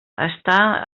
està